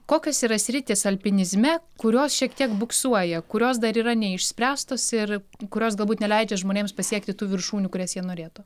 kokios yra sritys alpinizme kurios šiek tiek buksuoja kurios dar yra neišspręstos ir kurios galbūt neleidžia žmonėms pasiekti tų viršūnių kurias jie norėtų